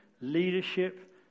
leadership